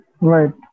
Right